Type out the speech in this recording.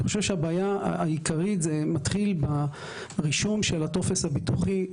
הבעיה העיקרית זה מתחיל ברישום הטופס הביטוחי.